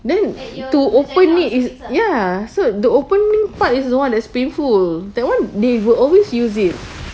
then to open need it is ya so the open part is the one that's painful that [one] they will always use it